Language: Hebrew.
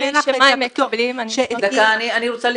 אני אתן לך את ה --- שמה הם מקבלים?